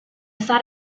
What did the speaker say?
side